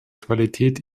qualität